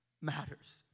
matters